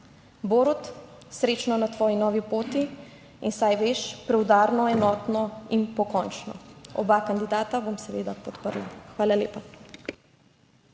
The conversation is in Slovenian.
Borut, srečno na tvoji novi poti in saj veš, preudarno, enotno in pokončno. Oba kandidata bom seveda podprla. Hvala lepa.